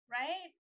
right